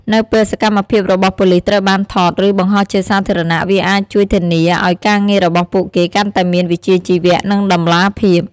នៅពេល សកម្មភាពរបស់ប៉ូលិស ត្រូវបាន ថត ឬ បង្ហោះជាសាធារណៈ វាអាច ជួយធានា ឱ្យការងាររបស់ពួកគេកាន់តែមាន វិជ្ជាជីវៈ និង តម្លាភាព។